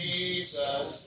Jesus